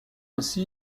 ainsi